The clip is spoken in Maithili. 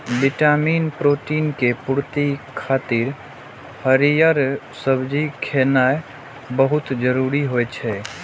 विटामिन, प्रोटीन के पूर्ति खातिर हरियर सब्जी खेनाय बहुत जरूरी होइ छै